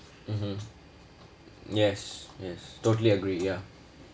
mmhmm yes yes totally agree ya